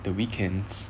the weekends